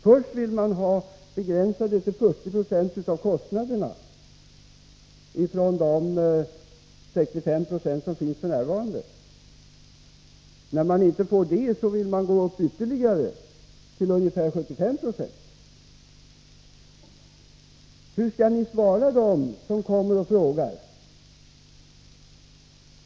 Först vill man begränsa detta till 40 20 av kostnaderna, från nuvarande 65 90. När man inte får det vill man gå upp ytterligare till ca 75 90. Vad skall vi svara dem som kommer och frågar?